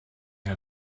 her